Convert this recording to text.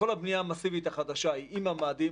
כל הבנייה המסיבית החדשה היא עם ממ"דים,